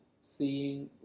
seeing